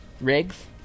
rigs